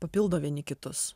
papildo vieni kitus